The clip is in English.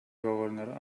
governor